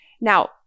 Now